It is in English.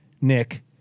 Nick